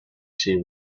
she